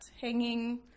hanging